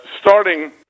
starting